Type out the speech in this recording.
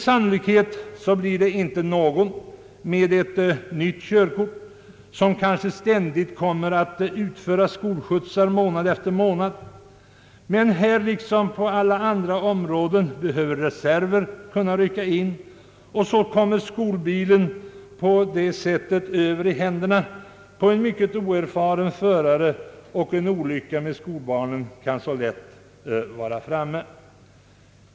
Sannolikt kommer det inte att bli så att nyblivna förare månad efter månad kommer att få utföra skolskjutsar, men här liksom på alla andra områden behöver reserver kunna sättas in, och på detta sätt kan skolbilen komma i händerna på en helt oerfaren förare, varvid en olycka som drabbar skolbarnen lätt kan inträffa.